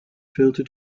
filter